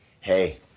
Hey